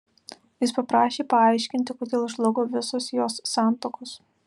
jis paprašė paaiškinti kodėl žlugo visos jos santuokos